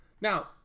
Now